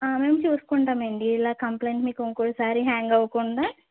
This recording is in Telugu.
మేము చూసుకుంటామండి ఇలా కంప్లైంట్ మీకు ఇంకోసారి హ్యాంగ్ అవ్వకుండా